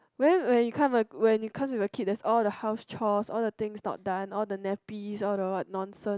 when where you come a when you come with a kid there's all the house chores all the things not done all the nappy all the what nonsense